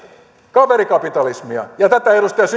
kaverikapitalismia ja edustaja